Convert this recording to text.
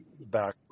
Back